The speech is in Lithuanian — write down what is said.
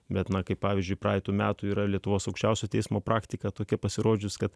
bet na kaip pavyzdžiui praeitų metų yra lietuvos aukščiausiojo teismo praktika tokia pasirodžius kad